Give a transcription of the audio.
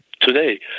today